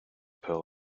pearl